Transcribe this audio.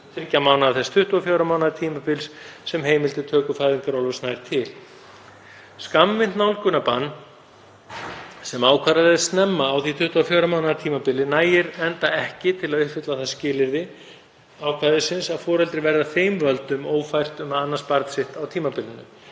mánaða þess 24 mánaða tímabils sem heimild til töku fæðingarorlofs nær til. Skammvinnt nálgunarbann sem ákvarðað er snemma á því 24 mánaða tímabili nægir enda ekki til að uppfylla það skilyrði ákvæðisins að foreldri verði af þeim völdum ófært um að annast barn sitt á tímabilinu.